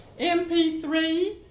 MP3